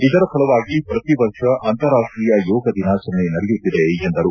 ಇದರ ಫಲವಾಗಿ ಪ್ರತಿ ವರ್ಷ ಅಂತಾರಾಷ್ಟೀಯ ಯೋಗ ದಿನಾಚರಣೆ ನಡೆಯುತ್ತಿದೆ ಎಂದರು